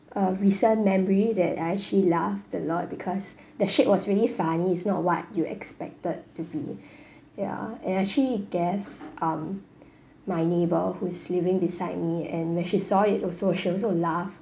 a recent memory that I actually laughed a lot because the shape was really funny it's not what you expected to be ya and actually gave um my neighbour who's living beside me and when she saw it also she also laughed